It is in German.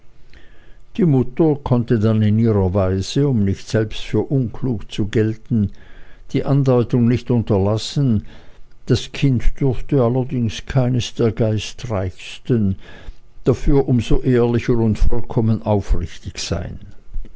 die mutter konnte dann in ihrer weise um nicht selbst für unklug zu gelten die andeutung nicht unterlassen das kind dürfte allerdings keines der geistreichsten dafür aber um so ehrlicher und vollkommen aufrichtig sein